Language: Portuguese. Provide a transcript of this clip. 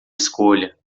escolha